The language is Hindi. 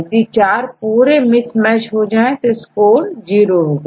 यदि 4 पूरे मिसमैच हो रहे हो तो स्कोर जीरो होगा